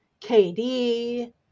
KD